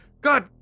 God